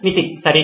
నితిన్ సరే